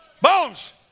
Bones